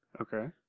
Okay